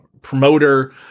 promoter